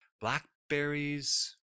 blackberries